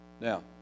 Now